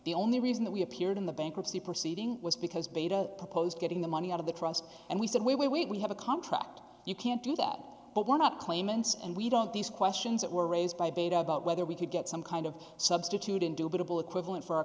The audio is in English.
the only reason that we appeared in the bankruptcy proceeding was because beta proposed getting the money out of the trust and we said we we have a contract you can't do that but one up claimants and we don't these questions that were raised by beta about whether we could get some kind of substitute in debatable equivalent for